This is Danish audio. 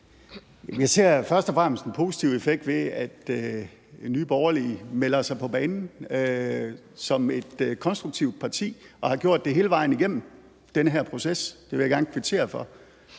Jeg ser først og fremmest en positiv effekt ved, at Nye Borgerlige melder sig på banen som et konstruktivt parti og har gjort det hele vejen igennem den her proces. Det vil jeg gerne kvittere for.